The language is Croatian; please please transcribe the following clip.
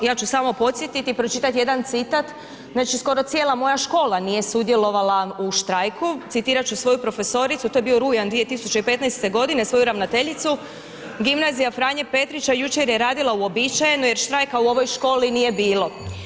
Ja ću samo podsjetiti i pročitati jedan citat, znači skoro cijela moja škola nije sudjelovala u štrajku, citirat ću svoju profesoricu, to je bio rujan 2015. godine svoju ravnateljicu „Gimnazija Franje Petrića jučer je radila uobičajeno jer štrajka u ovoj školi nije bilo.